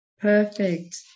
Perfect